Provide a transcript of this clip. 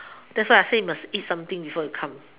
that's why I say you must eat something before you come